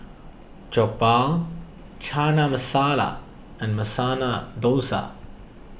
Jokbal Chana Masala and Masala Dosa